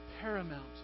paramount